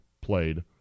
played